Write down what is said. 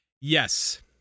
Yes